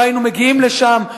לא היינו מגיעים לשם,